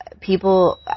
People